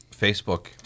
Facebook